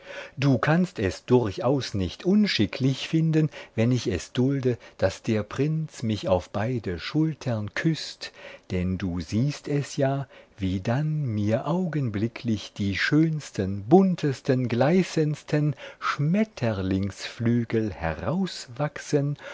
du kannst es durchaus nicht unschicklich finden wenn ich es dulde daß der prinz mich auf beide schultern küßt denn du siehst es ja wie dann mir augenblicklich die schönsten buntesten gleißendsten schmetterlingsflügel herauswachsen